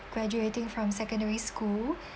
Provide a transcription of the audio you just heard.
graduating from secondary school